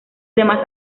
demás